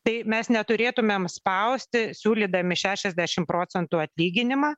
tai mes neturėtumėm spausti siūlydami šešiasdešim procentų atlyginimą